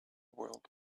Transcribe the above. world